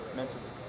mentally